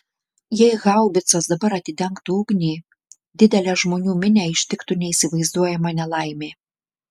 jei haubicos dabar atidengtų ugnį didelę žmonių minią ištiktų neįsivaizduojama nelaimė